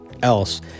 else